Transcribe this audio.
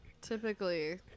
Typically